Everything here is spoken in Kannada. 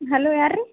ಹಲೋ ಯಾರು ರೀ